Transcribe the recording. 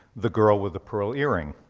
the girl with the pearl earring,